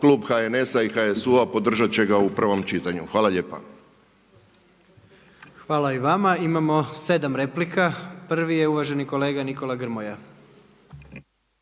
klub HNS-a i HSU-a podržat će ga u prvom čitanju. Hvala lijepa. **Jandroković, Gordan (HDZ)** Hvala i vama. Imamo 7 replika. Prvi je uvaženi kolega Nikola Grmoja.